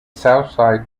southside